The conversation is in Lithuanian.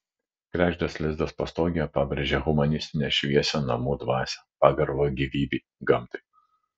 kregždės lizdas pastogėje pabrėžia humanistinę šviesią namų dvasią pagarbą gyvybei gamtai